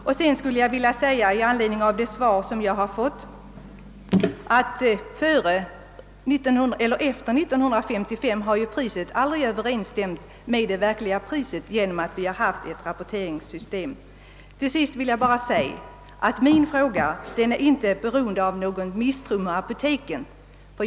Jag vill vidare i anledning av det svar jag fått påpeka, att priset på läkemedel sedan år 1955 aldrig har överensstämt med det verkliga priset genom det rabatteringssystem som vi haft. Till sist vill jag bara framhålla att min fråga inte är föranledd av någon misstro mot apoteken.